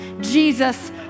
Jesus